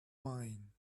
mine